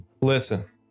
Listen